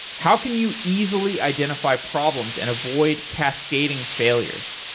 how can you easily identify problems and avoid cascading failures?